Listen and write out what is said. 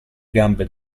gambe